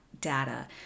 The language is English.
data